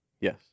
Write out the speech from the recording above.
Yes